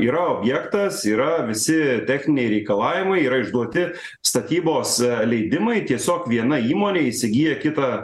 yra objektas yra visi techniniai reikalavimai yra išduoti statybos leidimai tiesiog viena įmonė įsigyja kitą